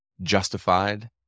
justified